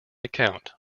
account